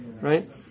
right